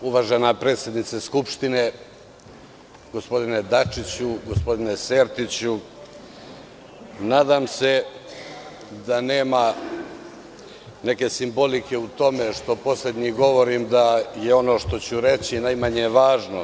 Uvažena predsednice Skupštine, gospodine Dačiću, gospodine Sertiću, nadam se da nema neke simbolike u tome što poslednji govorim, da je ono što ću reći najmanje je važno.